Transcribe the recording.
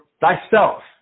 thyself